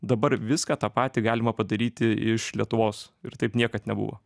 dabar viską tą patį galima padaryti iš lietuvos ir taip niekad nebuvo